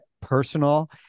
personal